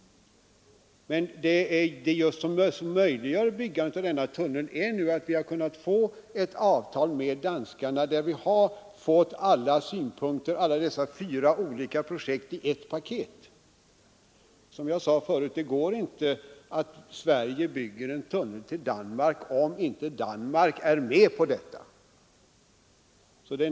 Men det som möjliggör byggandet av denna tunnel är just att vi har kunnat få ett avtal med danskarna där alla dessa fyra olika projekt är samlade i ett paket. Som jag sade förut går det inte för Sverige att bygga en tunnel till Danmark, om inte Danmark är med på detta.